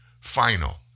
final